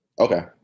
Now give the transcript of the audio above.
Okay